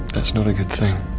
that's not a good thing.